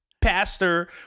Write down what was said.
pastor